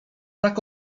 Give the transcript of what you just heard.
tak